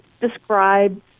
describe